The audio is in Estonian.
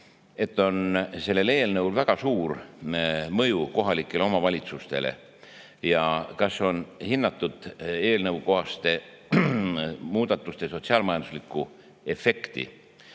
et kuna sellel eelnõul on väga suur mõju kohalikele omavalitsustele, siis kas on hinnatud eelnõus olevate muudatuste sotsiaal-majanduslikku efekti.